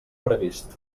previst